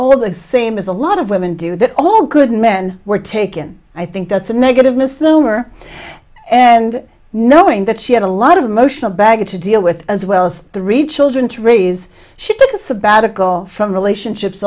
all the same as a lot of women do that all good men were taken i think that's a negative misnomer and knowing that she had a lot of emotional baggage to deal with as well as three children to raise she did a sabbatical from relationships